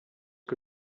que